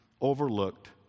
overlooked